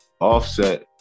Offset